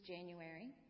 January